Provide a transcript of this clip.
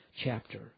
chapter